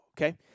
okay